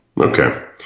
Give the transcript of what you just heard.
Okay